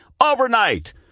overnight